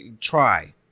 Try